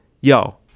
yo